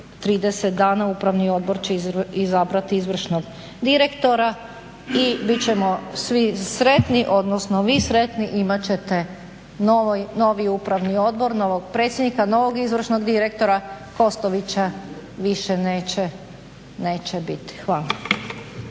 30 dana upravni odbor će izabrati izvršnog direktora i bit ćemo svi sretni, odnosno vi sretni, imat ćete novi upravni odbor, novog predsjednika, novog izvršnog direktora, Kostovića više neće biti. Hvala.